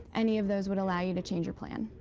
any of those would allow you to change your plan.